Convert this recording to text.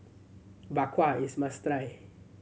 Bak Kwa is must try